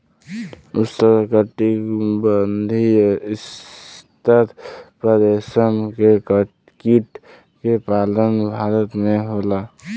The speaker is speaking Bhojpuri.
उष्णकटिबंधीय स्तर पर रेशम के कीट के पालन भारत में होला